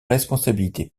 responsabilité